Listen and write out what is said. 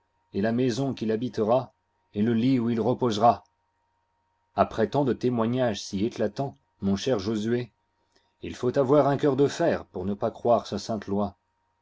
et la maison qu'il habitera et le lit où il reposera après tant de témoignages si éclatants mon cher josué il faut avoir un cœur de fer pour ne pas croire sa sainte loi